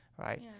right